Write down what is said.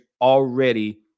already